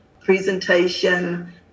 presentation